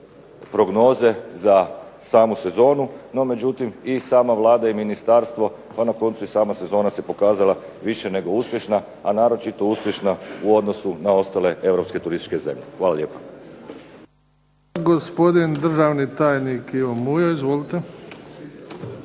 prognoze za samu sezonu. No međutim i sama Vlada i ministarstvo, a na koncu i sama sezona se pokazala više nego uspješna, a naročito uspješna u odnosu na ostale europske turističke zemlje. Hvala lijepa.